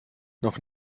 noch